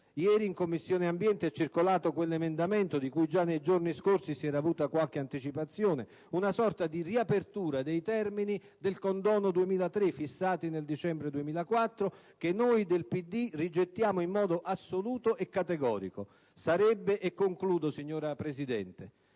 Ieri in Commissione ambiente è circolato un emendamento di cui già nei giorni scorsi si era avuta qualche anticipazione: una sorta di riapertura dei termini del condono del 2003, fissati nel dicembre 2004, che noi del Partito Democratico rigettiamo in modo assoluto e categorico. Sarebbe piuttosto auspicabile, signora Presidente,